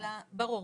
על זה אנחנו מדברים.